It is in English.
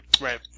Right